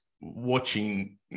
watching –